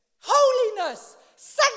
Holiness